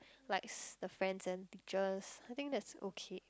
likes the friends and teachers I think that's okay